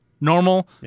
normal